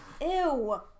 Ew